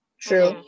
True